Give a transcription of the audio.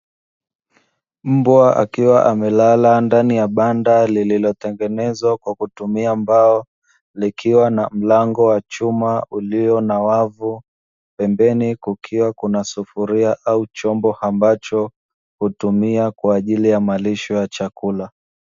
Mbwa akiwa amelala ndani ya banda lililotengenezwa kwa kutumia mbao likiwa na mlango wa chuma ulio na wavu, pembeni kukiwa kuna sufuria au chombo ambacho hutumia kwa ajili ya malisho ya chakula.